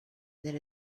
that